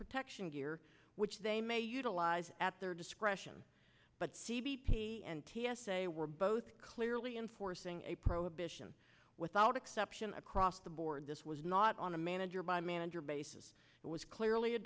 protection gear which they may utilize at their discretion but c b p and t s a were both clearly enforcing a prohibition without exception across the board this was not on a manager by manager basis it was clearly